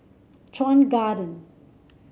Chuan Garden